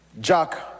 Jack